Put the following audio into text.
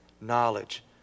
knowledge